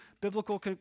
biblical